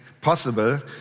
possible